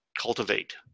cultivate